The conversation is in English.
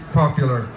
popular